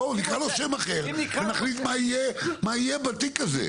בואו נקרא לו שם אחר ונחליט מה יהיה בתיק הזה.